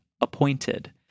appointed